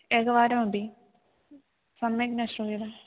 एकवारमपि सम्यक् न श्रूयते